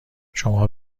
شما